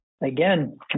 again